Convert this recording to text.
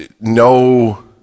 no